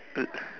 to